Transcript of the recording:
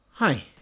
Hi